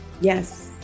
yes